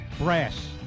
brass